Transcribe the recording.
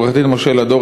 עורך-הדין משה לדור,